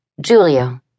julio